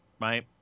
right